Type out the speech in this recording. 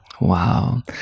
Wow